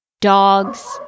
Dogs